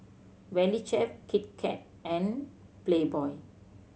Valley Chef Kit Kat and Playboy